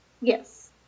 Yes